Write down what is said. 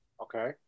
Okay